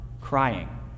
crying